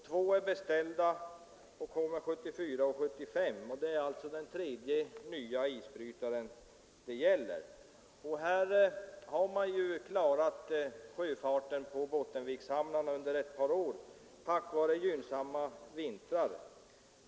Två är beställda och levereras 1974 och 1975. Det är alltså den tredje nya isbrytaren det gäller. Sjöfarten på Bottenvikshamnarna har klarats av ett par år tack vare gynnsamma vintrar.